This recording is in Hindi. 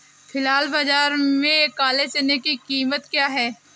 फ़िलहाल बाज़ार में काले चने की कीमत क्या है?